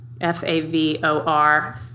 F-A-V-O-R